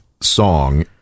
song